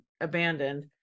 abandoned